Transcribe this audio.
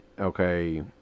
okay